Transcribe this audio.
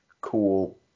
cool